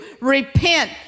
Repent